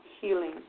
healing